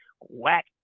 whack